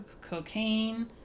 cocaine